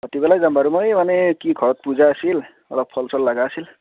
ভাটিবেলাই যাম বাৰু মই এই মানে কি ঘৰত পূজা আছিল অলপ ফল চল লগা আছিল